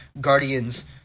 Guardians